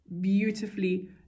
beautifully